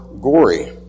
gory